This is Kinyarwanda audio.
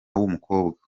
w’umukobwa